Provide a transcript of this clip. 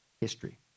history